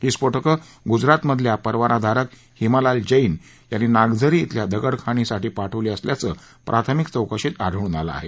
ही स्फोटक गुजरातमधल्या परवाना धारक हिमालाल जैन यांनी नागझरी खिल्या दगड खाणी साठी पाठविली असल्याचं प्राथमिक चौकशीत आढळून आलं आहे